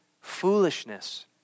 foolishness